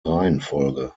reihenfolge